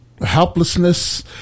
helplessness